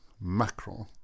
Macron